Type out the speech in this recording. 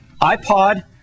iPod